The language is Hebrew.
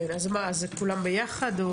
על כולן יחד?